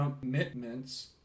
commitments